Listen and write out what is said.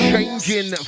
Changing